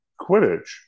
Quidditch